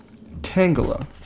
Tangela